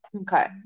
Okay